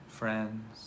friends